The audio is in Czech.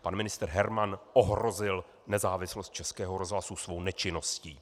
Pan ministr Herman ohrozil nezávislost Českého rozhlasu svou nečinností!